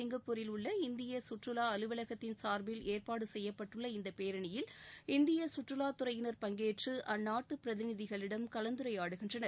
சிங்கப்பூரில் உள்ள இந்திய சுற்றுலா அலுவலத்தின் சார்பில் ஏற்பாடு செய்யப்பட்டுள்ள இந்த பேரணியில் இந்திய சுற்றுவா துறையினர் பங்கேற்று அந்நாட்டு பிரதிநிதிகளிடம் கலந்துரையாடுகின்றனர்